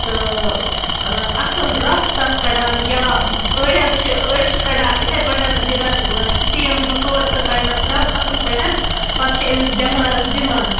تہٕ اصٕل رَس تتھ کَڈان یا أڈۍ حظ چھِ أڈۍ چھِ کَڈان اِتھے پٲٹھۍ دِنَس سِٹیٖم زٕ ژور تہٕ کَڈنَس رَس اصٕل پٲٹھۍ پَتہٕ چھِ امس بیٚمارَس دِوان